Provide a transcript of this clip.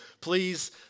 please